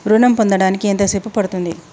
ఋణం పొందడానికి ఎంత సేపు పడ్తుంది?